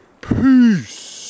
peace